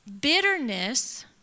bitterness